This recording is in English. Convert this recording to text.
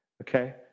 Okay